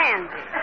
Andy